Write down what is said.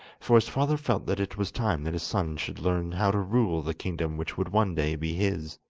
for his father felt that it was time that his son should learn how to rule the kingdom which would one day be his.